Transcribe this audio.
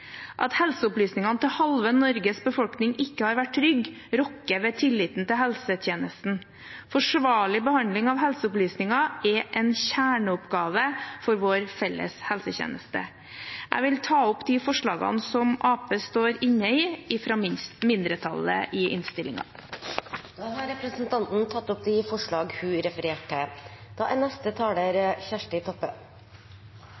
At helseopplysningene til halve Norges befolkning ikke har vært trygg, rokker ved tilliten til helsetjenesten. Forsvarlig behandling av helseopplysninger er en kjerneoppgave for vår felles helsetjeneste. Jeg vil ta opp de mindretallsforslagene i innstillingen som Arbeiderpartiet står inne i. Da har representanten Ingvild Kjerkol tatt opp de forslagene hun refererte til.